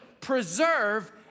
preserve